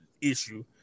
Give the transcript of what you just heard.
issue